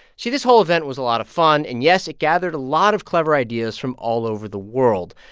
see, this whole event was a lot of fun and, yes, it gathered a lot of clever ideas from all over the world,